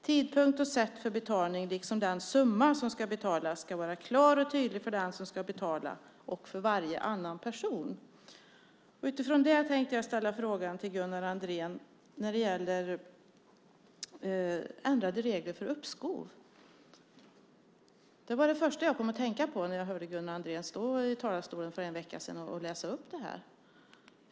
Tidpunkt och sätt för betalning liksom den summa som ska betalas ska vara klar och tydlig för den som ska betala och för varje annan person. Utifrån det tänkte jag ställa en fråga till Gunnar Andrén om ändrade regler för uppskov. Det var det första jag kom att tänka på när jag hörde Gunnar Andrén stå i talarstolen för en vecka sedan och läsa upp detta.